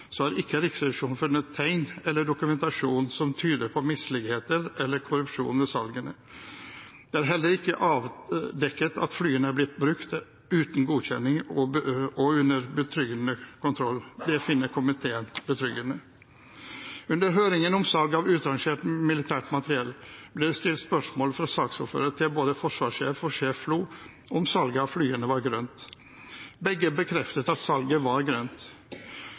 så lang avhendingsprosess er for lang tid. Komiteen har merket seg at selv om Riksrevisjonen har avdekket mange feil og mangler ved avhendelsen av F-5-flyene, har ikke Riksrevisjonen funnet tegn eller dokumentasjon som tyder på misligheter eller korrupsjon ved salgene. Det er heller ikke avdekket at flyene er blitt brukt uten godkjenning og under betryggende kontroll. Det finner komiteen betryggende. Under høringen om salg av utrangert militært materiell ble det stilt spørsmål fra saksordføreren til både forsvarssjefen og sjef FLO